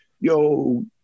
yo